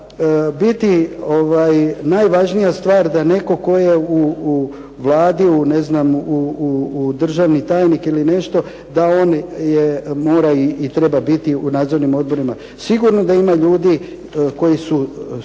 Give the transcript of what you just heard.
biti najvažnija stvar da netko tko je u Vladi, ne znam državni tajnik ili nešto da on mora i treba biti u nadzornim odborima. Sigurno da ima ljudi koji su